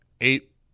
eight